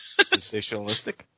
Sensationalistic